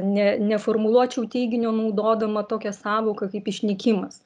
ne neformuluočiau teiginio naudodama tokią sąvoką kaip išnykimas